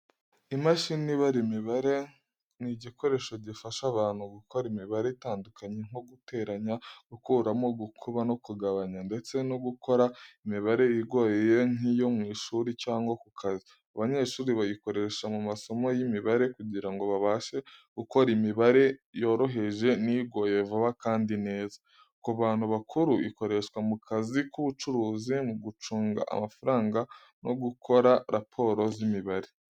Imashini ibara imibare ni igikoresho gifasha abantu gukora imibare itandukanye nko guteranya, gukuramo, gukuba no kugabanya, ndetse no gukora imibare igoye nk’iyo mu ishuri cyangwa ku kazi. Abanyeshuri bayikoresha mu masomo y’imibare kugira ngo babashe gukora imibare yoroheje n’igoye vuba kandi neza. Ku bantu bakuru, ikoreshwa mu kazi k’ubucuruzi, mu gucunga amafaranga no gukora raporo z’imibare.